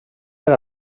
era